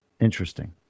Interesting